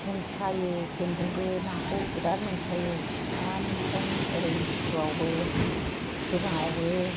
सेन सायो सेनजोंबो नाखौ बिरात मोनखायो आराम गन ओरै खिथुयावबो सिगाङावबो